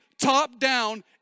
top-down